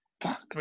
Fuck